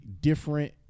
different